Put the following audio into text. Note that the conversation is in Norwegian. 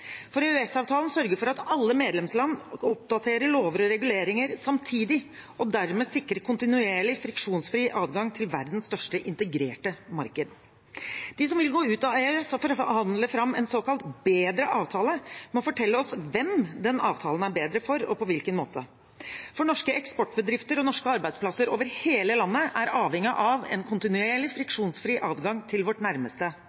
For EØS-avtalen sørger for at alle medlemsland oppdaterer lover og reguleringer samtidig, og dermed sikrer kontinuerlig, friksjonsfri adgang til verdens største integrerte marked. De som vil gå ut av EØS for å forhandle fram en såkalt bedre avtale, må fortelle oss hvem den avtalen er bedre for, og på hvilken måte. For norske eksportbedrifter og norske arbeidsplasser over hele landet er avhengig av en kontinuerlig, friksjonsfri adgang til vårt nærmeste